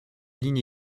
lignes